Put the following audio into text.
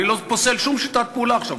אני לא פוסל שום שיטת פעולה עכשיו,